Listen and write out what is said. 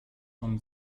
from